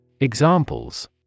Examples